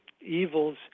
evils